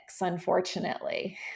unfortunately